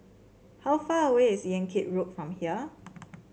how far away is Yan Kit Road from here